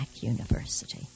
university